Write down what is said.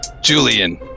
Julian